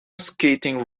skating